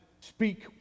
speak